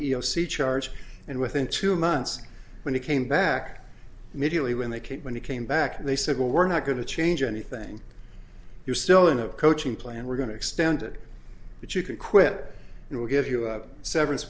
c charge and within two months when he came back immediately when they came when he came back they said well we're not going to change anything you're still in a coaching plan we're going to extend it but you can quit and we'll give you a severance